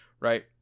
right